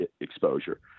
exposure